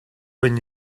when